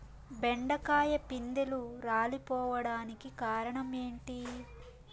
బెండకాయ పిందెలు రాలిపోవడానికి కారణం ఏంటి?